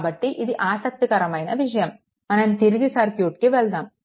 కాబట్టి ఇది ఆసక్తికరమైన విషయం మనం తిరిగి సర్క్యూట్ కి వెళ్దాము